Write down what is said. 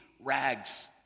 rags